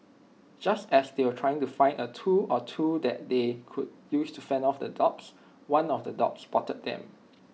just as they were trying to find A tool or two that they could use to fend off the dogs one of the dogs spotted them